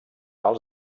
els